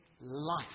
life